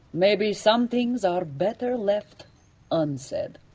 maybe some things are better left unsaid.